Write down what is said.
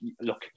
look